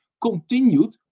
continued